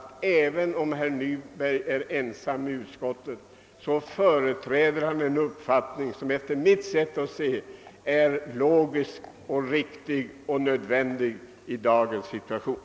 Även om herr Nyberg är ensam i utskottet, företräder han enligt min uppfattning en åsikt som är logisk, riktig och nödvändig i dagens situation.